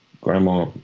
Grandma